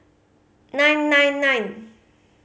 nine nine nine